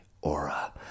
aura